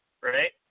right